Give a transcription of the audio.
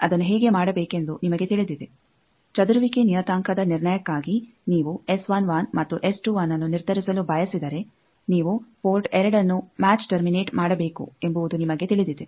ಅದನ್ನು ಹೇಗೆ ಮಾಡಬೇಕೆಂದು ನಿಮಗೆ ತಿಳಿದಿದೆ ಚದುರುವಿಕೆ ನಿಯತಾಂಕದ ನಿರ್ಣಯಕ್ಕಾಗಿ ನೀವು ಮತ್ತು ಅನ್ನು ನಿರ್ಧರಿಸಲು ಬಯಸಿದರೆ ನೀವು ಪೋರ್ಟ್2ಅನ್ನು ಮ್ಯಾಚ್ ಟರ್ಮಿನೇಟ್ ಮಾಡಬೇಕು ಎಂಬುದು ನಿಮಗೆ ತಿಳಿದಿದೆ